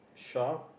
shop